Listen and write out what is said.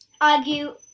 argue